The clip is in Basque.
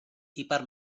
ipar